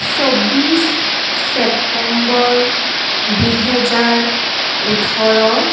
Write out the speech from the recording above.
চৌব্বিছ চেপ্তেম্বৰ দুহেজাৰ ওঠৰ